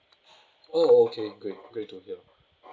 oh okay great great to hear